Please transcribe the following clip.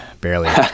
barely